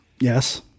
Yes